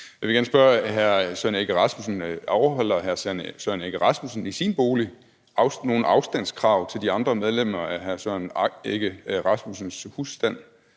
Jeg vil gerne spørge hr. Søren Egge Rasmussen, om hr. Søren Egge Rasmussen i sin bolig overholder nogle afstandskrav til de andre medlemmer af hr. Søren Egge Rasmussens husstand.